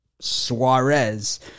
Suarez